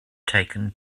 taken